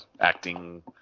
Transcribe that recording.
acting